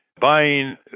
buying